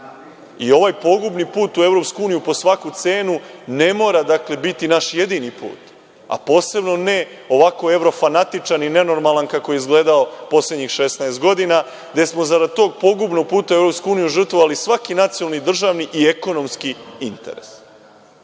Ovaj pogubni put u EU po svaku cenu ne mora biti naš jedini put, a posebno ne ovako evrofanatičan i nenormalan kako je izgledao poslednjih 16 godina, gde smo zarad tog pogubnog puta u EU žrtvovali svaki nacionalni, državni i ekonomski interes. Dakle,